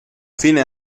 fine